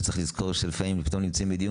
וצריך לזכור שלפעמים הם פתאום נמצאים בדיון